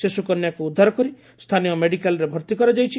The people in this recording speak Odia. ଶିଶୁକନ୍ୟାକୁ ଉଦ୍ଧାର କରି ସ୍ଚାନୀୟ ମେଡିକାଲ୍ରେ ଭର୍ଭି କରାଯାଇଛି